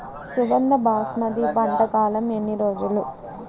సుగంధ బాస్మతి పంట కాలం ఎన్ని రోజులు?